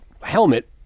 helmet